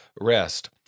Rest